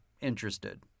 interested